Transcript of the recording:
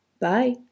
Bye